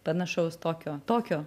panašaus tokio tokio